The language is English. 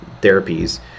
therapies